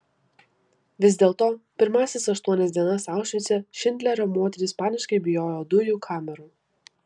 vis dėlto pirmąsias aštuonias dienas aušvice šindlerio moterys paniškai bijojo dujų kamerų